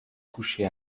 couchée